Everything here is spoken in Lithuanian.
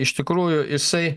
iš tikrųjų jisai